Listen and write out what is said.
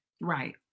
Right